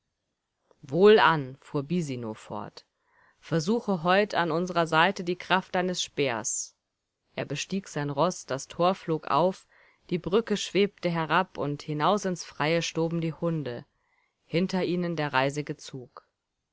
wohlan fuhr bisino fort versuche heut an unserer seite die kraft deines speers er bestieg sein roß das tor flog auf die brücke schwebte herab und hinaus ins freie stoben die hunde hinter ihnen der reisige